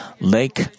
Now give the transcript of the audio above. lake